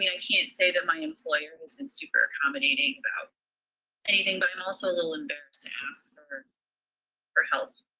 i mean i can't say that my employer has been super accommodating about anything, but i'm also a little embarrassed to ask and her for help,